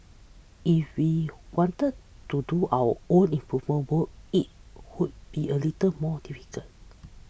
if we wanted to do our own improvement works it would be a little more difficult